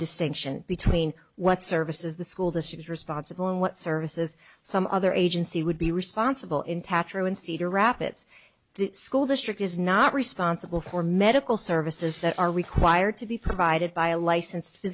distinction between what services the school the state responsible and what services some other agency would be responsible in tatra in cedar rapids the school district is not responsible for medical services that are required to be provided by a license